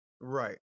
Right